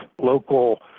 local